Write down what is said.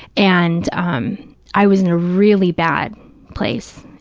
and um i was in a really bad place.